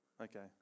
okay